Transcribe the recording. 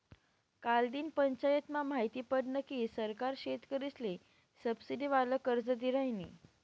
कालदिन पंचायतमा माहिती पडनं की सरकार शेतकरीसले सबसिडीवालं कर्ज दी रायनी